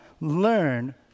learn